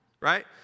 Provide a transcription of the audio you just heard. Right